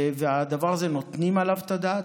והדבר הזה, נותנים עליו את הדעת.